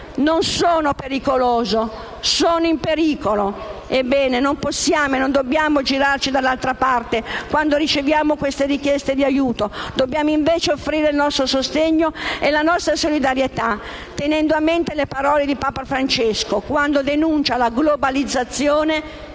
«Non sono pericoloso, sono in pericolo». Ebbene non possiamo e non dobbiamo girarci dall'altra parte quando riceviamo queste richieste di aiuto, dobbiamo invece offrire il nostro sostegno e la nostra solidarietà, tenendo a mente le parole di Papa Francesco quando denuncia la globalizzazione